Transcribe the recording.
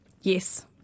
Yes